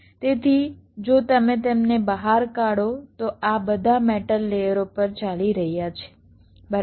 તેથી જો તમે તેમને બહાર કાઢો તો આ બધા મેટલ લેયરો પર ચાલી રહ્યા છે બરાબર